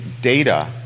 data